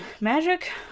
Magic